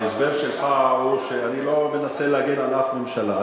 ההסבר שלך הוא שאני לא מנסה להגן על אף ממשלה.